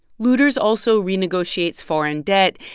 luders also renegotiates foreign debt.